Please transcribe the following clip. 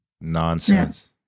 nonsense